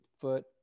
foot